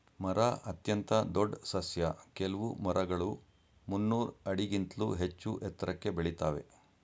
ಮರ ಅತ್ಯಂತ ದೊಡ್ ಸಸ್ಯ ಕೆಲ್ವು ಮರಗಳು ಮುನ್ನೂರ್ ಆಡಿಗಿಂತ್ಲೂ ಹೆಚ್ಚೂ ಎತ್ರಕ್ಕೆ ಬೆಳಿತಾವೇ